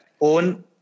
Own